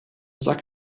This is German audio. sack